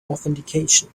authentication